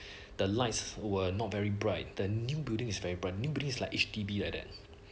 the lights were not very bright then new building is very bright like H_D_B like that